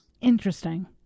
Interesting